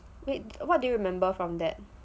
wait what do you remember from that